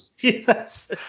Yes